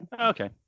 Okay